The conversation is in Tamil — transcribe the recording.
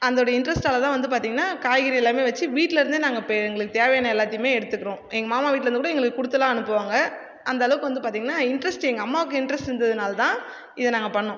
அந்தோடைய இன்ட்ரஸ்ட்டால் தான் வந்து பார்த்தீங்ன்னா காய்கறி எல்லாமே வச்சு வீட்லேர்ந்து நாங்கள் இப்போ எங்களுக்கு தேவையான எல்லாத்தைமே எடுத்துக்கிறோம் எங்கள் மாமா வீட்லேர்ந்து கூட எங்களுக்கு கொடுத்தலாம் அனுப்புவாங்க அந்த அளவுக்கு வந்து பார்த்தீங்ன்னா இன்ட்ரஸ்ட்டு எங்கள் அம்மாக்கு இன்ட்ரஸ்ட் இருந்ததுனால் தான் இத நாங்கள் பண்ணோம்